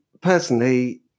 personally